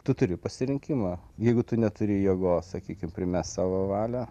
tu turi pasirinkimą jeigu tu neturi jėgos sakykim primest savo valią